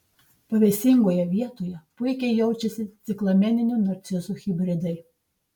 pavėsingoje vietoje puikiai jaučiasi ciklameninių narcizų hibridai